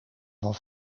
van